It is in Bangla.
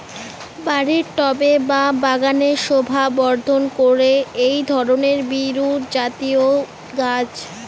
বাড়ির টবে বা বাগানের শোভাবর্ধন করে এই ধরণের বিরুৎজাতীয় গাছ